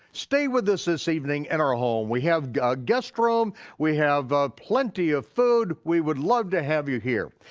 stay with us this evening at our home, we have a guest room, we have ah plenty of food, we would love to have you here.